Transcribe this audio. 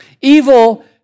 Evil